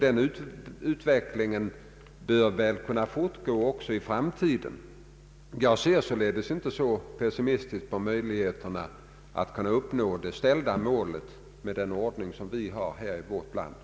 Den utvecklingen bör kunna fortgå även i framtiden. Jag ser således inte så pessimistiskt på möjligheterna att uppnå det avsedda målet med den ordning som vi nu tilllämpar här i landet.